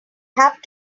have